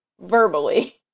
verbally